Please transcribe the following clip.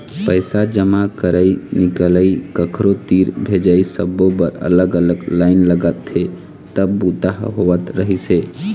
पइसा जमा करई, निकलई, कखरो तीर भेजई सब्बो बर अलग अलग लाईन लगथे तब बूता ह होवत रहिस हे